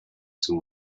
some